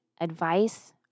advice